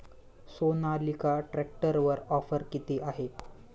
सोनालिका ट्रॅक्टरवर ऑफर किती आहे?